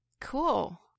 cool